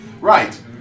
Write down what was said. Right